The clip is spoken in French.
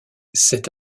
cet